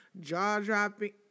jaw-dropping